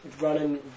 running